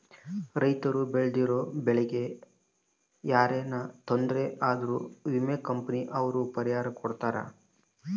ರೈತರು ಬೆಳ್ದಿರೋ ಬೆಳೆ ಗೆ ಯೆನರ ತೊಂದರೆ ಆದ್ರ ವಿಮೆ ಕಂಪನಿ ಅವ್ರು ಪರಿಹಾರ ಕೊಡ್ತಾರ